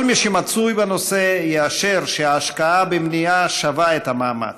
כל מי שמצוי בנושא יאשר שהשקעה במניעה שווה את המאמץ.